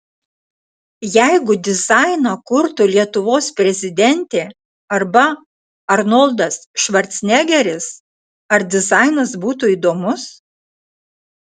jeigu dizainą kurtų lietuvos prezidentė arba arnoldas švarcnegeris ar dizainas būtų įdomus